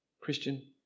Christian